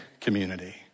community